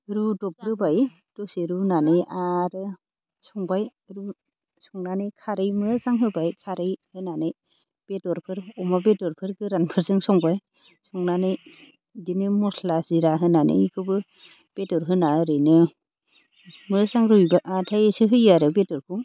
रुदबग्रोबाय दसे रुनानै आरो संबाय रु संनानै खारै मोजां होबाय खारै होनानै बेदरफोर अमा बेदरफोर गोरानफोरजों संबाय संनानै बिदिनो मस्ला जिरा होनानै एखौबो बेदर होना ओरैनो मोजां रुइबाथायसो होयो आरो बेदरखौ